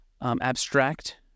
abstract